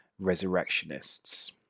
resurrectionists